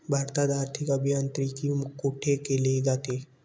भारतात आर्थिक अभियांत्रिकी कोठे केले जाते?